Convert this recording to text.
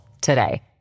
today